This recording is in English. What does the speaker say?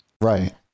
Right